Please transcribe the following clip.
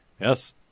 Yes